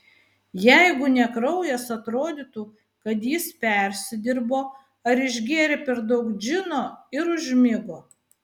jeigu ne kraujas atrodytų kad jis persidirbo ar išgėrė per daug džino ir užmigo